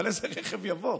אבל איזה רכב יבוא?